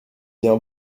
bien